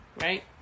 right